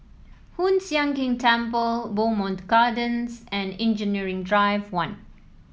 Hoon Sian Keng Temple Bowmont Gardens and Engineering Drive One